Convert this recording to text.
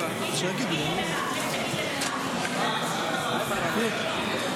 אדוני היושב-ראש, חבריי חברי הכנסת,